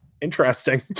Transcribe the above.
interesting